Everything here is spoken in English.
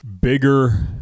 bigger